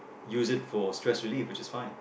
use it for stress relief which is fine